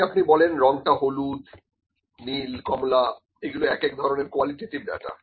যদি আপনি বলেন রংটা হলুদ নীল কমলা এগুলো এক এক ধরনের কোয়ালিটেটিভ ডাটা